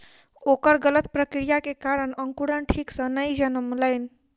ओकर गलत प्रक्रिया के कारण अंकुरण ठीक सॅ नै जनमलै